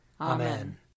Amen